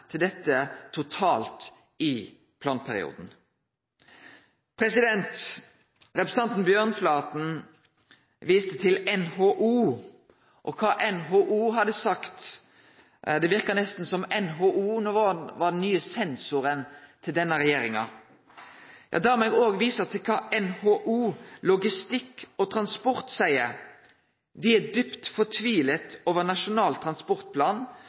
til dette totalt i planperioden. Representanten Bjørnflaten viste til NHO og kva NHO hadde sagt. Det verka nesten som om NHO no var den nye sensoren til denne regjeringa. Da må eg òg vise til kva NHO Logistikk og Transport seier: Dei er «dypt fortvilet over Nasjonal Transportplan